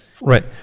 Right